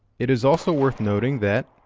it is also worth noting that,